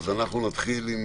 נתחיל עם